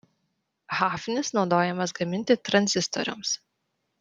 hafnis naudojamas gaminti tranzistoriams